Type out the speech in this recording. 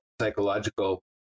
psychological